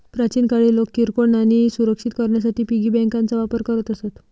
प्राचीन काळी लोक किरकोळ नाणी सुरक्षित करण्यासाठी पिगी बँकांचा वापर करत असत